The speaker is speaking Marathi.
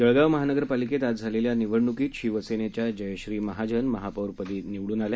जळगाव महानगरपालिकेत आज झालेल्या निवडणुकीत शिवसेनेच्या जयश्री महाजन महापौरपदी निवडून आल्या